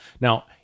Now